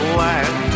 land